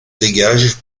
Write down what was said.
dégage